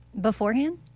Beforehand